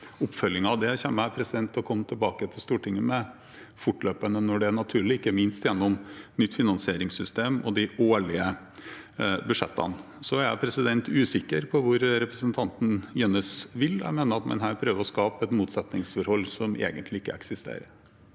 jeg til å komme tilbake til Stortinget med fortløpende når det er naturlig, ikke minst gjennom nytt finansieringssystem og de årlige budsjettene. Så er jeg usikker på hvor representanten Jønnes vil. Jeg mener man her prøver å skape et motsetningsforhold som egentlig ikke eksisterer.